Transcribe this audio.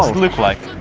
look like?